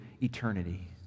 eternity